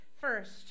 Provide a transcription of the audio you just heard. first